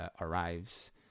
arrives